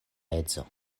edzo